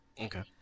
Okay